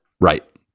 Right